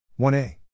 1A